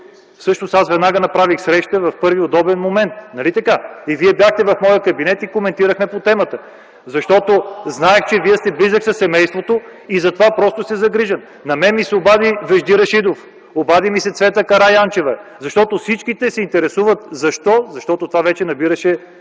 работи, аз веднага направих среща, в първия удобен момент. Нали така? Вие бяхте в моя кабинет и коментирахме темата, защото знаех, че Вие сте близък до семейството и затова просто сте загрижен. На мен ми се обади Вежди Рашидов, обади ми се Цвета Карайончева, защото всички се интересуват, защото това вече набираше